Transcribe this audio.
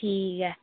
ठीक ऐ